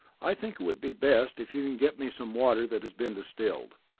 i think it would be best if you can get me some water that has been distilled.